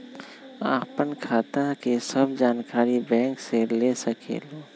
आपन खाता के सब जानकारी बैंक से ले सकेलु?